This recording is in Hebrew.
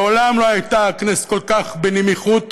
מעולם לא הייתה הכנסת כל כך בנמיכות,